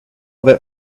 that